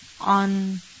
on